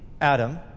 Adam